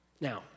Now